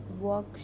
work